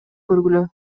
көргүлө